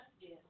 Yes